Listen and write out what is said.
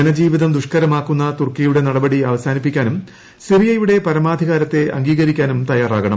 ജനജീവിതം ദുഷ്കരമാക്കുന്ന തുർക്കിയുടെ നട്പടി അവസാനിപ്പിക്കാനും സിറിയയുട്ടെ പരമാധികാരത്തെ അംഗീകരിക്കാനും തയ്യാറാകണം